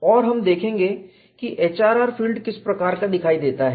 और हम देखेंगे कि HRR फील्ड किस प्रकार का दिखाई देता है